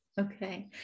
Okay